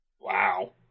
Wow